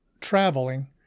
traveling